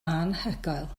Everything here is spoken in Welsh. anhygoel